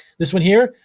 this one here,